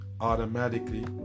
automatically